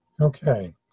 Okay